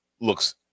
looks